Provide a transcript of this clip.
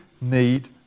need